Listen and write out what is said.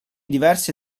diverse